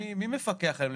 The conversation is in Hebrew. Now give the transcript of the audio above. מי מפקח עליהן?